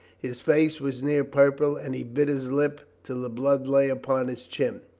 his face was near purple and he bit his lip till the blood lay upon his chin.